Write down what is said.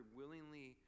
willingly